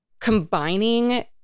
combining